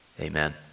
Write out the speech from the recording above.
Amen